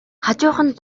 хажууханд